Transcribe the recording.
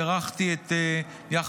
הוצע